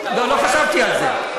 לא חשבתי על זה.